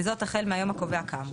וזאת החל מהיום הקובע כאמור,